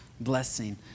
blessing